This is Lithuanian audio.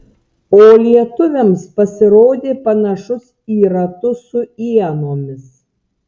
o lietuviams pasirodė panašus į ratus su ienomis